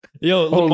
Yo